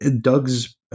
Doug's